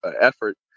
effort